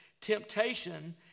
temptation